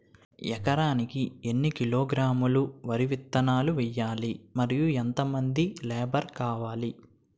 ఎకరానికి ఎన్ని కిలోగ్రాములు వరి విత్తనాలు వేయాలి? మరియు ఎంత మంది లేబర్ కావాలి?